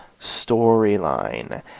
storyline